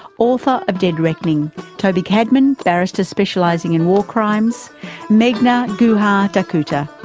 author of dead reckoning toby cadman, barrister specialising in war crimes meghna guhathakurta,